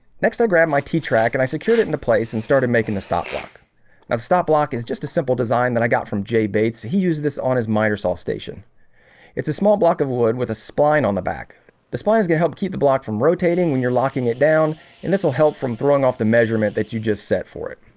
next i grabbed my t track and i secured it into place and started making the stop block now the stop block is just a simple design that i got from jay bates. he used this on his miter saw station it's a small block of wood with a spline on the back the spline is gonna help keep the block from rotating when you're locking it down and this will help from throwing off the measurement that you just set for it.